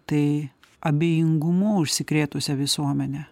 tai abejingumu užsikrėtusią visuomenę